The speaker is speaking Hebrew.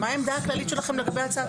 מה העמדה הכללית שלכם לגבי הצעת